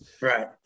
Right